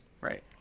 Right